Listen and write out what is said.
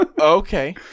Okay